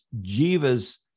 Jiva's